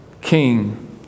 king